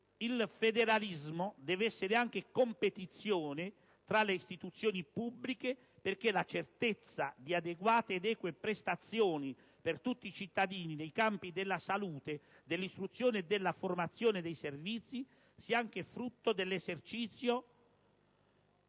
Il federalismo deve essere anche competizione tra le istituzioni pubbliche perché la certezza di adeguate ed eque prestazioni per tutti i cittadini nei campi della salute, dell'istruzione e formazione e dei servizi sia anche frutto dell'esercizio